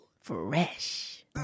Fresh